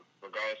regardless